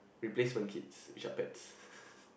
replace one kids which are pets